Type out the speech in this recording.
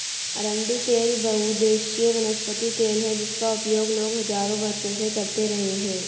अरंडी तेल बहुउद्देशीय वनस्पति तेल है जिसका उपयोग लोग हजारों वर्षों से करते रहे हैं